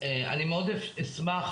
אני מאוד אשמח,